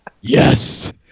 Yes